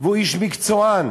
והוא מקצוען.